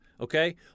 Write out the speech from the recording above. Okay